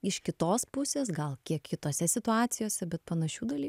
iš kitos pusės gal kiek kitose situacijose bet panašių dalykų